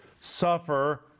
suffer